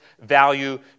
value